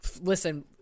Listen